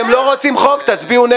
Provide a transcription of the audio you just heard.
אתם לא רוצים חוק, תצביעו נגד.